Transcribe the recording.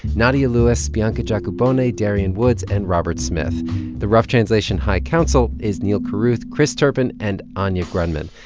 nadia lewis, bianca jaqubonai, darian woods and robert smith the rough translation high council is neal carruth, chris turpin and anya grundmann,